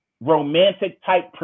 romantic-type